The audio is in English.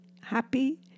happy